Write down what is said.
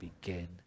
begin